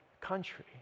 country